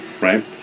right